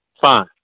Fine